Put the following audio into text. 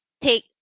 take